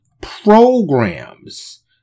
programs